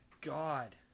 god